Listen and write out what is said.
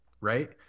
right